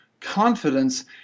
confidence